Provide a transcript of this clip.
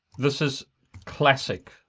this is classic,